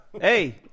Hey